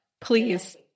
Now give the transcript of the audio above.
Please